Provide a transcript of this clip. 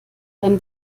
beim